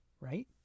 right